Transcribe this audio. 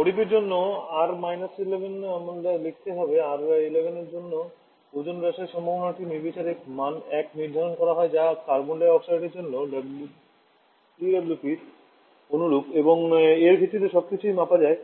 ODP র জন্য আর 11 আমার লিখতে হবে আর 11 এর জন্য ওজোন হ্রাসের সম্ভাবনাটি নির্বিচারে মান 1 নির্ধারণ করা হয় যা কার্বন ডাই অক্সাইডের জন্য জিডাব্লুপির অনুরূপ এবং এর ভিত্তিতে সবকিছুই মাপা যায়